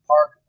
Park